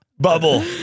Bubble